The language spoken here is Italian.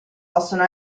possono